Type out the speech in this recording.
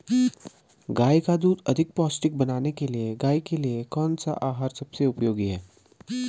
गाय का दूध अधिक पौष्टिक बनाने के लिए गाय के लिए कौन सा आहार सबसे उपयोगी है?